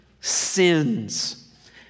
sins